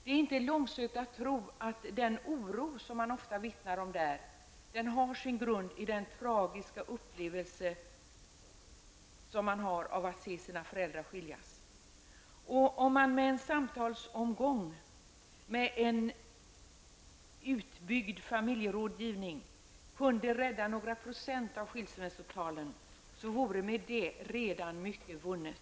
Det är inte långsökt att tro att den oro som man ofta vittnar om i förskola och skola har sin grund i den tragiska upplevelsen att se sina föräldrar skiljas. Om man i en samtalsomgång i en utbyggd familjerådgivning kunde minska några procent i skilsmässotalen vore med detta redan mycket vunnet.